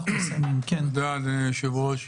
תודה, אדוני היושב-ראש.